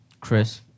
Chris